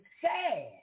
sad